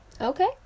Okay